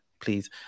Please